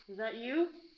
that you?